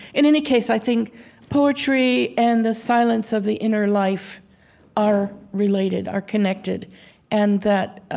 in any case, i think poetry and the silence of the inner life are related, are connected and that ah